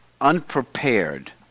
unprepared